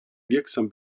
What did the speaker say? wirksam